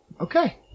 okay